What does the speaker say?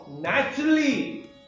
naturally